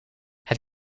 het